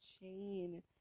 chain